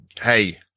Hey